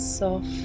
Soft